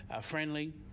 friendly